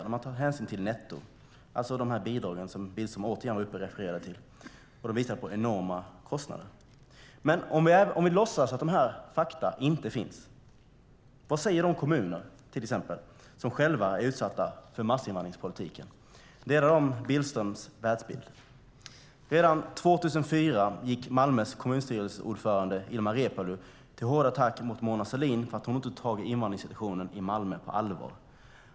När man tar hänsyn till nettot, alltså de bidrag som Billström återigen refererade till, visar det på enorma kostnader. Om vi låtsas att dessa fakta inte finns, vad säger då de kommuner som själva är utsatta för massinvandringspolitiken? Delar de Billströms världsbild? Redan 2004 gick Malmös kommunstyrelseordförande Ilmar Reepalu till hård attack mot Mona Sahlin för att hon inte tog invandringssituationen i Malmö på allvar.